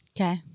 Okay